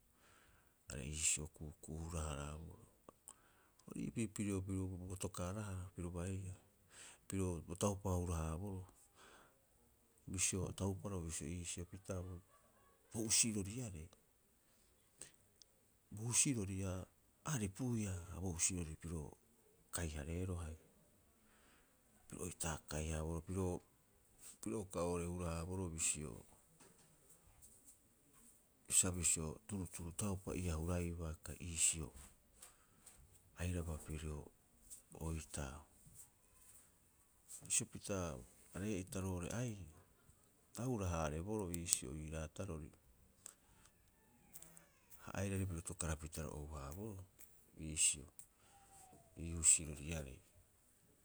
Are iisio ku'uku'u hura- haraaboroo. Ori iipii pirio bo tokaarahara piro baiia, piro bo taupa hura- haaboroo, bisio tauparo bisio iisio kitahue. Bo husiroriare, bo husirori a aripuia ha bo husirori piro kai- hareeroo haia piro oitaa kai- haaboroo. Piro piro uka oo'ore hura- haaboroo bisio, sa bisio turuu turuu taupa ii'aa a huraibaa kai iisio airaba pirio oitaa. Ha bisio pita aree'ita roo'ore aiee, a hura- haareboroo iisio ii raatarori. Ha airari piro atukarapita ro ou- haaboroo iisio ii husiroriarei.